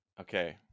Okay